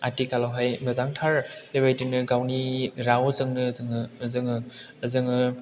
आथिखालावहाय मोजांथार बेबायदिनो गावनि रावजोंनो जोङो